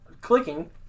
clicking